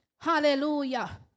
Hallelujah